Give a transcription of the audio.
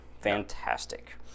Fantastic